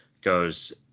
goes